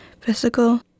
physical